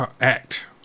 act